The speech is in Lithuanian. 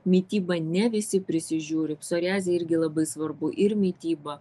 mityba ne visi prisižiūri psoriazei irgi labai svarbu ir mityba